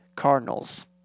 Cardinals